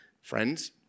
Friends